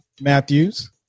Matthews